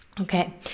Okay